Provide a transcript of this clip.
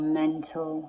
mental